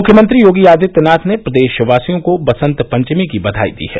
मुख्यमंत्री योगी आदित्यनाथ ने प्रदेशवासियों को बसंत पंचमी की बधाई दी है